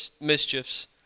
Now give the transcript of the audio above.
mischiefs